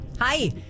Hi